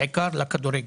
בעיקר לכדורגל.